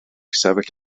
sefyll